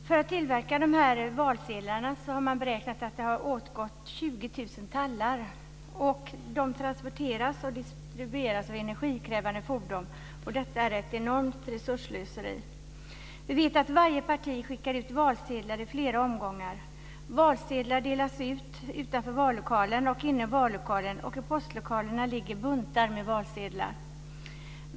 För att tillverka dessa valsedlar har man beräknat att det går åt 20 000 tallar. Dessa valsedlar transporteras och distribueras av energikrävande fordon, och detta är ett enormt resursslöseri. Vi vet att varje parti skickar ut valsedlar i flera omgångar. Valsedlar delas ut utanför och inne i vallokalerna, och i postlokalerna ligger buntar med valsedlar.